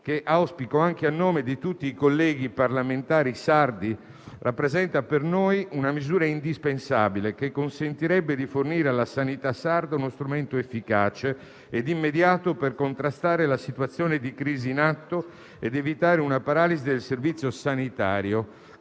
che auspico anche a nome di tutti i colleghi parlamentari sardi - rappresenta per noi una misura indispensabile, che consentirebbe di fornire alla sanità sarda uno strumento efficace e immediato per contrastare la situazione di crisi in atto ed evitare una paralisi del servizio sanitario,